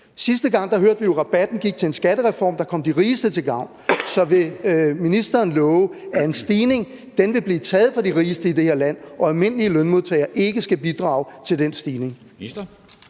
Sidste gang hørte vi jo, at rabatten gik til en skattereform, der kom de rigeste til gavn. Så vil ministeren love, at en stigning vil blive taget fra de rigeste i det her land, og at almindelige lønmodtagere ikke skal bidrage til den stigning?